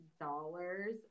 dollars